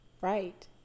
Right